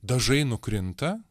dažai nukrinta